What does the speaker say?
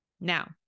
Now